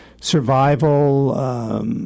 survival